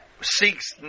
seeks